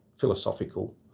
philosophical